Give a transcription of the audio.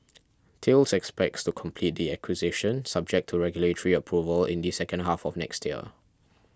expects to complete the acquisition subject to regulatory approval in the second half of next year